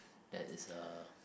that is a